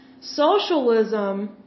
Socialism